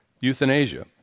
euthanasia